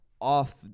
Off